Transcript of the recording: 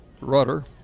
Rudder